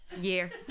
year